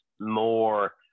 more